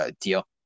deal